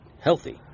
healthy